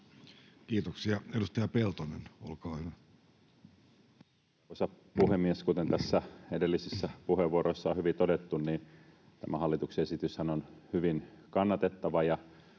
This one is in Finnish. Kiitoksia. — Edustaja Peltonen, olkaa hyvä. rvoisa puhemies! Kuten tässä edellisissä puheenvuoroissa on hyvin todettu, tämä hallituksen esityshän on hyvin kannatettava.